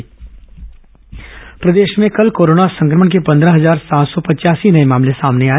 corona समाचार प्रदेश में कल कोरोना संक्रमण के पंदह हजार सात सौ पचयासी नये मामले सामने आए